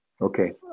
okay